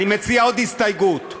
אני מציע עוד הסתייגות: